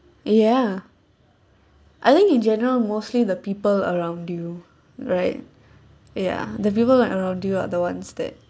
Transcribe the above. ya I think in general mostly the people around you right ya ya the people like around you are the ones that